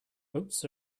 oats